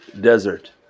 desert